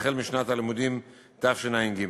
החל משנת הלימודים תשע"ג.